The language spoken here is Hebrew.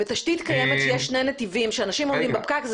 בתשתית קיימת יש שני נתיבים ואנשים עומדים בפקק,